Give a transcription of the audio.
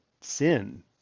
sin